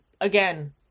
again